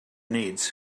needs